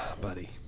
Buddy